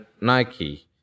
Nike